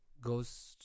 goes